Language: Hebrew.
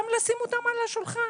גם לשים אותם על השולחן.